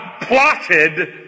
plotted